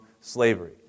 slavery